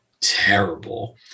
Terrible